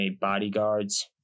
bodyguards